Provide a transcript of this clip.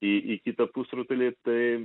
į į kitą pusrutulį tai